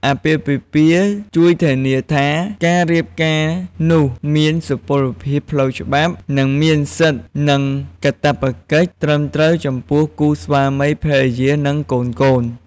អាពាហ៍ពិពាហ៍ជួយធានាថាការរៀបការនោះមានសុពលភាពផ្លូវច្បាប់ និងមានសិទ្ធិ និងកាតព្វកិច្ចត្រឹមត្រូវចំពោះគូស្វាមីភរិយា និងកូនៗ។